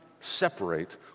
separate